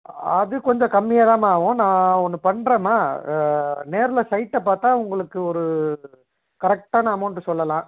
அது கொஞ்சம் கம்மியாக தான்மா ஆகும் நான் ஒன்று பண்ணுறேன்மா நேரில் சைட்டை பார்த்தா உங்களுக்கு ஒரு கரெக்ட்டான அமௌண்ட் சொல்லலாம்